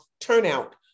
turnout